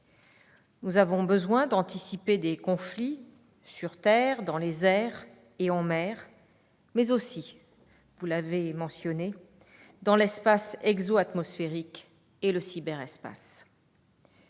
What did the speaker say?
Nous avons besoin d'anticiper des conflits sur terre, dans les airs et en mer, mais aussi dans l'espace exo-atmosphérique et le cyberespace.